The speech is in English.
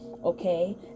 okay